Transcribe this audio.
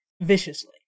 viciously